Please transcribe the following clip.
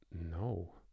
No